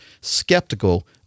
skeptical